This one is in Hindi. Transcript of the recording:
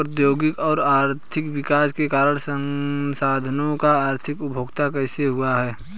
प्रौद्योगिक और आर्थिक विकास के कारण संसाधानों का अधिक उपभोग कैसे हुआ है?